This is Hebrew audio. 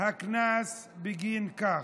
הקנס בגין כך.